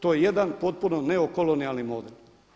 To je jedan potpuno neokolonijalni model.